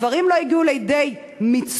הדברים לא הגיעו לידי מיצוי.